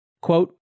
Quote